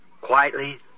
Quietly